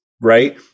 Right